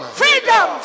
freedom